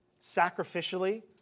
sacrificially